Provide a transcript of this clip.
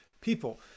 people